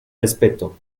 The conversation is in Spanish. respeto